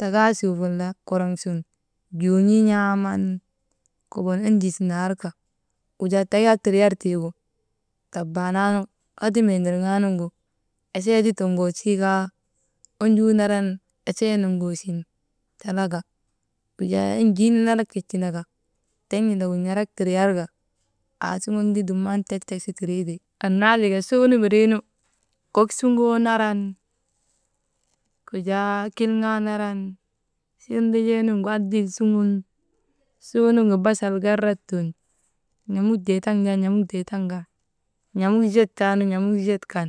Takaasuu wala korŋ sun, kokon enjii naarka wujaa tek yak tindriyartiiku tabaanaanu hedimee nirŋaa nuŋgu esee ti toŋosii kaa onjuu naran esee noŋgosin talaka wujaa enjii nanarak tii tindaka, tek nindagu n̰erek tindriyarka, aasuŋun ti dumnan tek, tek su kindriite. Annaa tika suu nu windriinu kok suŋgoo naran, wujaa kilŋaa naran, sirndijeenuŋgu adil suŋun, suu nuŋgu basal garrat tun n̰amuk deetaŋ kaa, n̰amuk deetaŋ kaa, n̰amuk zet taanu n̰amuk zet kan,